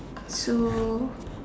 so